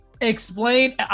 explain